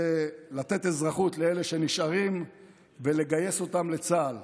זה לתת אזרחות לאלה שנשארים ולגייס אותם לצה"ל.